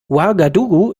ouagadougou